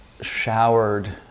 showered